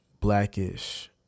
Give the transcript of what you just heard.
Blackish